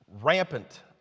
rampant